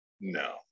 no